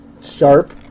sharp